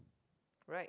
right